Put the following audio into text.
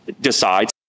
decides